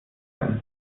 sein